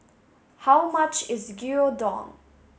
how much is Gyudon